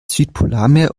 südpolarmeer